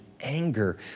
anger